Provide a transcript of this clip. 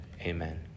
Amen